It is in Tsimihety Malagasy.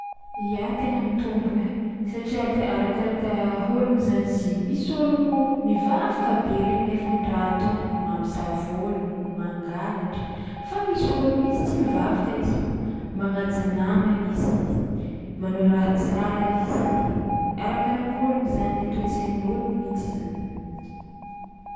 Ia tegna mitombogna ai satria edy ai arakaraka ôlogno zany izy io misy ôlogno mivavaka be regny nefa ny raha ataony mamosavy ôlogno, mangalatra fa misy ôlogno izy tsy mivavaka izy fô magnaja namagna izy, manao raha tsara izy, arakaraka ôlogno zany le toe-tsaignin'ôlogno mihitsy zany.